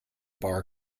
bar